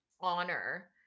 honor